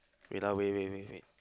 wait lah wait wait wait wait